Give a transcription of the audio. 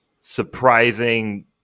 surprising